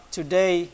today